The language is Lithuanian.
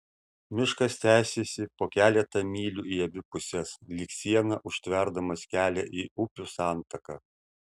miškas tęsėsi po keletą mylių į abi puses lyg siena užtverdamas kelią į upių santaką